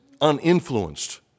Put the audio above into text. uninfluenced